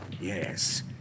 Yes